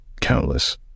countless